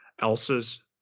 Elsa's